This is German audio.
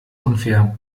unfair